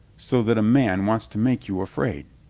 so that a man wants to make you afraid?